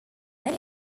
many